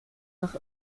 nach